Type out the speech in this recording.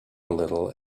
little